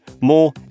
more